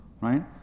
right